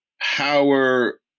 power